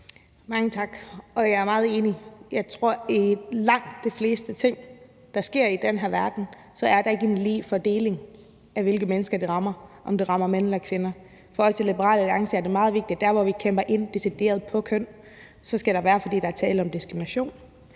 Mange tak. Jeg er meget enig. Jeg tror, at i langt de fleste ting, der sker i den her verden, er der ikke en lige fordeling, i forhold til hvilke mennesker det rammer – om det rammer mænd eller kvinder. For os i Liberal Alliance er det meget vigtigt, at når vi sætter ind decideret i forhold til køn, skal det være, fordi der er tale om diskrimination